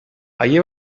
allí